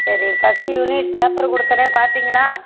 சரி first unit paper கொடுத்தனே பார்த்தீங்களா